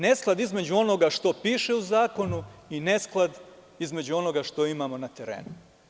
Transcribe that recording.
Nesklad između onoga što piše u zakonu i nesklad između onoga što imamo na terenu.